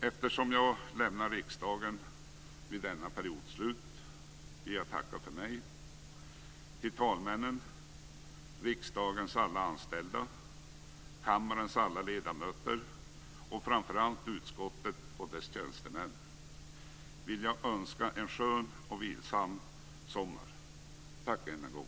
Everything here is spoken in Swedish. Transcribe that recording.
Eftersom jag lämnar riksdagen vid denna periods slut ber jag att få tacka för mig. Till talmännen, riksdagens alla anställda, kammarens alla ledamöter och framför allt utskottet och dess tjänstemän vill jag önska en skön och vilsam sommar. Tack än en gång!